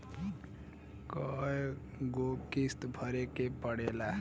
कय गो किस्त भरे के पड़ेला?